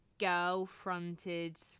girl-fronted